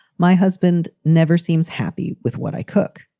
my husband never seems happy with what i cook.